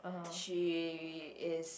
she is